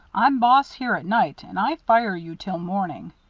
i'm boss here at night, and i fire you till morning.